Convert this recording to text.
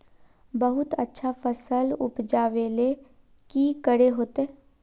बहुत अच्छा फसल उपजावेले की करे होते?